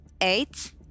Eight